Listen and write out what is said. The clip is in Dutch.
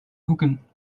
hoeken